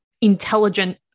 intelligent